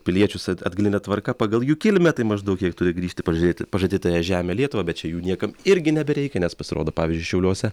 piliečius at atgaline tvarka pagal jų kilmę tai maždaug kiek turi grįžt į pažadėt pažadėtąją žemę lietuvą bet čia jų niekam irgi nebereikia nes pasirodo pavyzdžiui šiauliuose